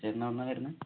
ഏട്ടൻ എവിടുന്നാണ് വരുന്നത്